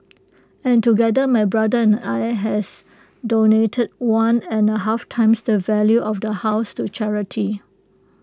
and together my brother and I has donated one and A half times the value of the house to charity